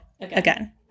again